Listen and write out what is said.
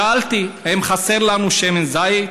שאלתי, האם חסר לנו שמן זית?